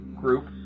group